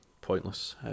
pointless